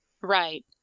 Right